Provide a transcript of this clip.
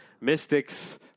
mystics